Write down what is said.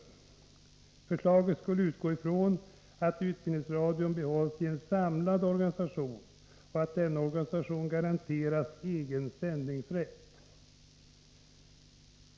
Förslaget skulle utgå ifrån att utbildningsradion behålls i en samlad organisation och att denna organisation garanteras egen sändningsrätt.